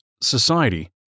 society